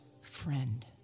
friend